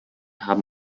haben